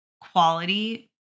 quality